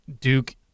Duke